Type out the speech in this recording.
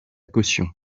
caution